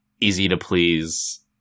easy-to-please